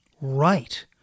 Right